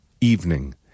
evening